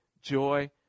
joy